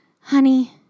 honey